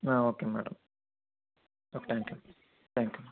okay madam okay thank you thank you